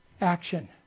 action